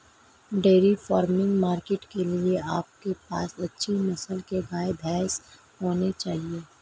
dairy farming market के लिए आपके पास अच्छी नस्ल के गाय, भैंस होने चाहिए